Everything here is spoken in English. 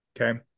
okay